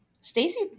Stacey